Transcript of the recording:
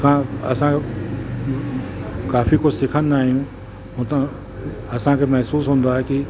असां असां काफ़ी कुझु सिखंदा आहियूं हुतां असांखे महिसूसु हूंदो आहे की